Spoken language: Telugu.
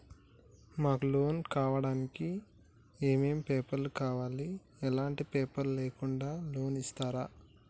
మాకు లోన్ కావడానికి ఏమేం పేపర్లు కావాలి ఎలాంటి పేపర్లు లేకుండా లోన్ ఇస్తరా?